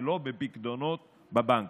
ולא בפיקדונות בבנקים.